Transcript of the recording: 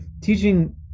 teaching